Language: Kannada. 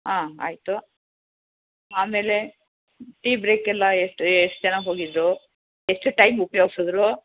ಹಾಂ ಆಯಿತು ಆಮೇಲೆ ಟೀ ಬ್ರೇಕೆಲ್ಲ ಎಷ್ಟು ಎಷ್ಟು ಜನ ಹೋಗಿದ್ದರು ಎಷ್ಟು ಟೈಮ್ ಉಪ್ಯೋಗ್ಸಿದ್ರು